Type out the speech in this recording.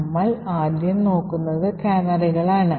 നമ്മൾ ആദ്യം നോക്കുന്നത് കാനറികളാണ്